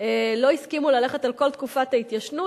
לא הסכימו ללכת על כל תקופת ההתיישנות,